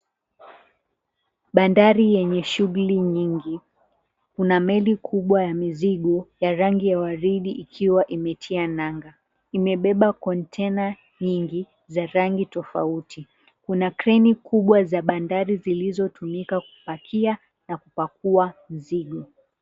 Bandari yenye shughuli nyingi. Kuna meli kubwa ya mizigo ya rangi ya waridi ikiwa imetia nanga. Imebeba kontena nyingi za rangi tofauti. Kuna kreni kubwa za bandari zilizotumika kupakia na kupakua mzigo.